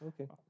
okay